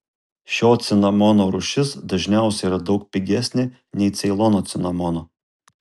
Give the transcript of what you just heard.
šio cinamono rūšis dažniausiai yra daug pigesnė nei ceilono cinamono